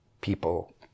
people